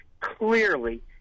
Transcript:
clearly